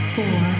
Four